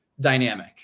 dynamic